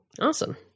awesome